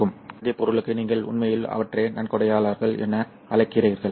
N வகை பொருளுக்கு நீங்கள் உண்மையில் அவற்றை நன்கொடையாளர்கள் என அழைக்கிறீர்கள்